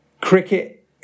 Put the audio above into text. cricket